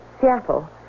Seattle